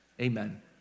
amen